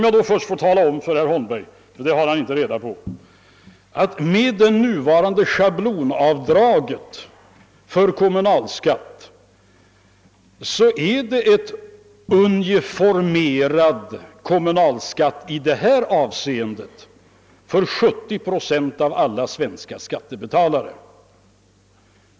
Låt mig först få tala om för herr Holmberg vad han tydligen inte har reda på, nämligen att med nuvarande schablonavdrag för kommunalskatt har vi en uniformerad kommunalskatt i detta avseende för 70 procent av alla svenska skattebetalare.